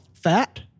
fat